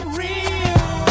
real